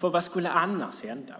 Vad skulle annars hända?